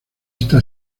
esta